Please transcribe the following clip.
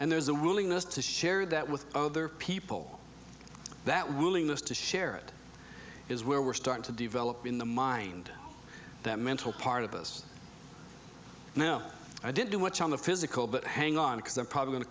and there's a willingness to share that with other people that willingness to share it is where we start to develop in the mind that mental part of us now i didn't do much on the physical but hang on because they're probably go